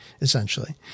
essentially